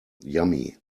yummy